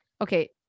okay